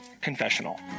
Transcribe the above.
confessional